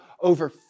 over